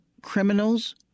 Criminals